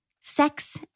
Sex